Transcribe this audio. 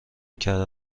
کره